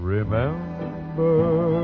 Remember